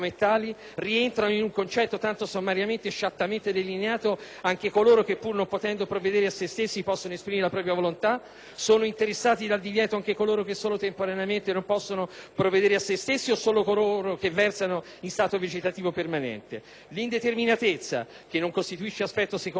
Rientrano, in un concetto tanto sommariamente e sciattamente delineato, anche coloro che, pur non potendo provvedere a se stessi, possono esprimere la propria volontà? Sono interessati dal divieto anche coloro che solo temporaneamente non possono "provvedere a se stessi" o solo coloro che versano in stato vegetativo permanente? L'indeterminatezza, che non costituisce aspetto secondario